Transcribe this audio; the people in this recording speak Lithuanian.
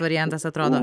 variantas atrodo